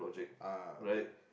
ah okay